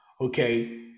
okay